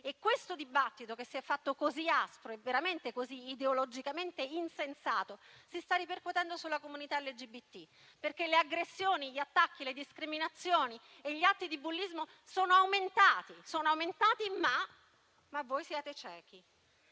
Questo dibattito, che si è fatto così aspro e ideologicamente così insensato, si sta ripercuotendo sulla comunità LGBT, perché le aggressioni, gli attacchi, le discriminazioni e gli atti di bullismo sono aumentati. Ma voi siete ciechi